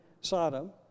Sodom